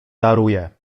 daruję